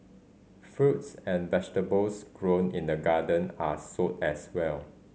fruits and vegetables grown in the garden are sold as well